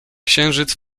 księżyc